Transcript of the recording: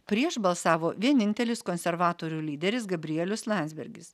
prieš balsavo vienintelis konservatorių lyderis gabrielius landsbergis